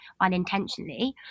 unintentionally